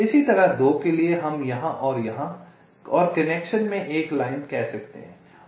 इसी तरह 2 के लिए हम यहाँ और यहाँ और कनेक्शन में एक लाइन कह सकते हैं